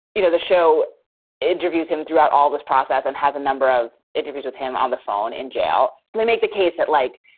you know, the show interviews him throughout all this process and has a number of interviews with him on the phone in jail. and they make the case that, like,